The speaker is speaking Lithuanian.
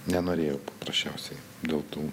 nenorėjau paprasčiausiai dėl tų